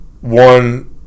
One